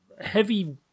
heavy